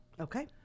Okay